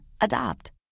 Adopt